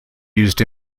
used